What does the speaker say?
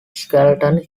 skeleton